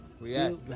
react